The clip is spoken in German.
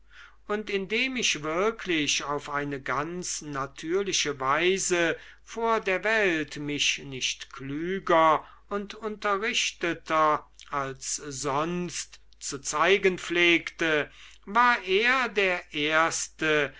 und indem ich wirklich auf eine ganz natürliche weise vor der welt mich nicht klüger und unterrichteter als sonst zu zeigen pflegte war er der erste